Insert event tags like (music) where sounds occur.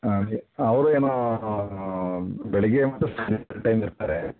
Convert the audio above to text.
ಆಂ ಅದೇ ಅವರು ಏನೋ ಬೆಳಿಗ್ಗೆ ಮತ್ತು (unintelligible) ಟೈಮ್ ಇರ್ತಾರೆ